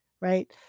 right